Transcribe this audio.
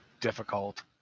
difficult